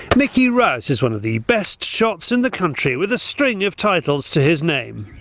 mickey rouse is one of the best shots in the country, with a string of titles to his name.